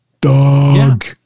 dog